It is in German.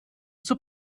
zur